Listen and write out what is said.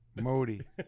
Modi